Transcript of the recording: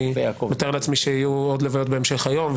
אני מתאר לעצמי שיהיו עוד לוויות בהמשך היום.